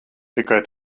tikai